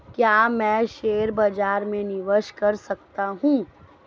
क्या मैं शेयर बाज़ार में निवेश कर सकता हूँ?